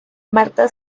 marta